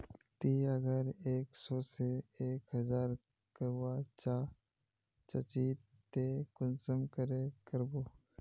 ती अगर एक सो से एक हजार करवा चाँ चची ते कुंसम करे करबो?